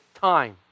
time